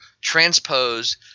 transpose